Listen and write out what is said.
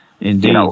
indeed